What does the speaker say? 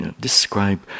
describe